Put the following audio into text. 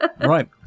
Right